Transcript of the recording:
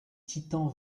titans